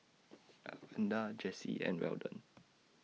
Evander Jesse and Weldon